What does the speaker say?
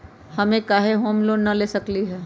हम काहे home loan न ले सकली ह?